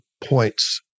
points